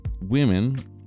women